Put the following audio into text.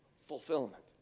Fulfillment